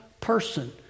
person